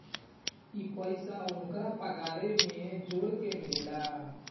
ई पइसा ओन्करा पगारे मे जोड़ के मिलेला